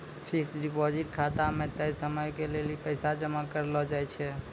fixed deposit खाता मे तय समयो के लेली पैसा जमा करलो जाय छै